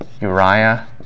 Uriah